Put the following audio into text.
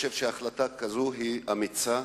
אני חושב שהחלטה כזאת היא אמיצה,